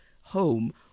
home